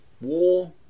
War